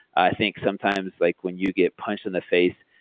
i think sometimes, like when you get punched in the face,